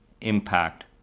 impact